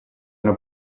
una